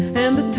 and the